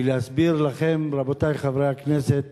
ולהסביר לכם, רבותי חברי הכנסת,